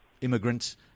immigrants